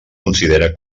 considera